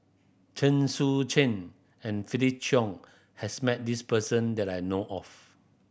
Chen Sucheng and Felix Cheong has met this person that I know of